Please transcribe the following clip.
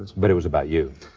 but it was about you.